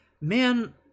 man